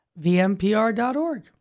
VMPR.org